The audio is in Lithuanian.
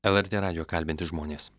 lrt radijo kalbinti žmonės